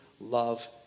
love